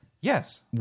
Yes